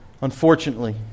unfortunately